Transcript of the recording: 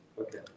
Okay